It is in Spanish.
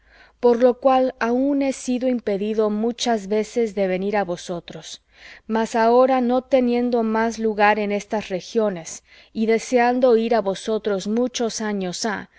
por lo cual aun he sido impedido muchas veces de venir á vosotros mas ahora no teniendo más lugar en estas regiones y deseando ir á vosotros muchos años há